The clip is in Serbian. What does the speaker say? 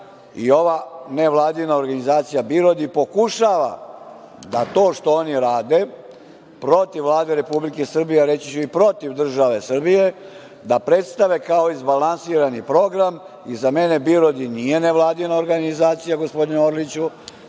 i ova nevladina organizacija BIRODI pokušava da to što oni rade, protiv Vlade Republike Srbije, a reći ću i protiv države Srbije, da predstave kao izbalansirani program i za mene BIRODI nije nevladina organizacija gospodine Orliću,